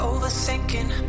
Overthinking